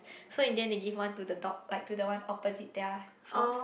so in end they give one to the dog like to the one opposite their house